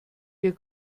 ihr